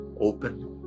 open